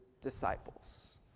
disciples